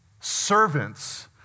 servants